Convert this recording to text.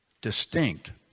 distinct